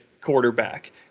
quarterback